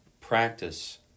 practice